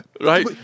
Right